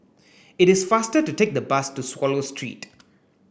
it is faster to take the bus to Swallow Street